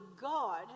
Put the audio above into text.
God